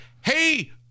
hey—